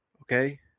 Okay